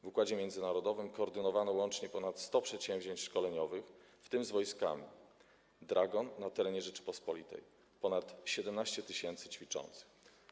W układzie międzynarodowym koordynowano łącznie ponad 100 przedsięwzięć szkoleniowych, w tym z wojskami - „Dragon”, na terenie Rzeczypospolitej, ponad 17 tys. ćwiczących.